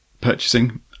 purchasing